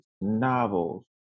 novels